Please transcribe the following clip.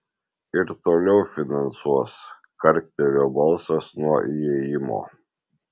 ir toliau finansuos karktelėjo balsas nuo įėjimo